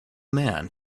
man